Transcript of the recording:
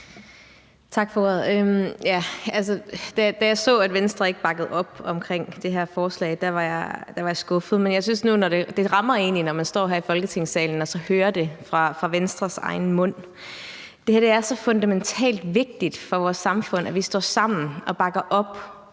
Da jeg så, at Venstre ikke bakkede op om det her forslag, blev jeg skuffet. Men det rammer egentlig en, når man står her i Folketingssalen og så hører det fra Venstres egen mund. Det er så fundamentalt vigtigt for vores samfund, at vi står sammen og bakker op